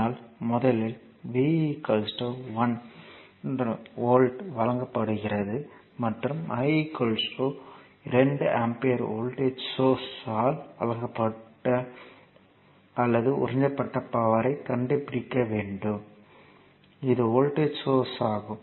ஆனால் முதலில் V 1 volt வழங்கப்படுகிறது மற்றும் I 2 ஆம்பியர் வோல்ட்டேஜ் சோர்ஸ் ஆல் வழங்கப்பட்ட அல்லது உறிஞ்சப்பட்ட பவர்யைக் கண்டுபிடிக்க வேண்டும் இது வோல்டேஜ் சோர்ஸ் ஆகும்